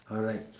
alright